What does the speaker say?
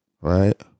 Right